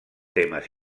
temes